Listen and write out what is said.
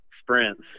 sprints